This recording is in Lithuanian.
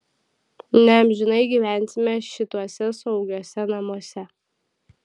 neamžinai gyvensime šituose saugiuose namuose